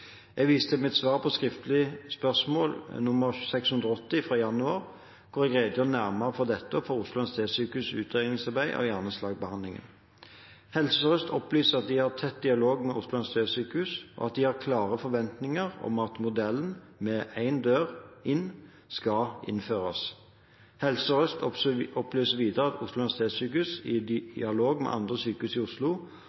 Jeg viser til mitt svar på skriftlig spørsmål nr. 680 fra januar, hvor jeg redegjør nærmere for dette og for Oslo universitetssykehus’ utredningsarbeid av hjerneslagbehandlingen. Helse Sør-Øst opplyser at de har tett dialog med Oslo universitetssykehus, og at de har klare forventninger om at modellen med «én dør inn» skal innføres. Helse Sør-Øst opplyser videre at Oslo universitetssykehus – i